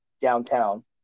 downtown